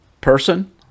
person